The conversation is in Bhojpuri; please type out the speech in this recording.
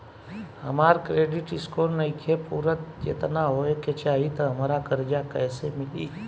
हमार क्रेडिट स्कोर नईखे पूरत जेतना होए के चाही त हमरा कर्जा कैसे मिली?